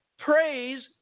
Praise